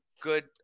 good